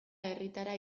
herritarra